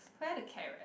where the carrot